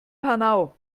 panau